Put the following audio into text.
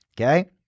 Okay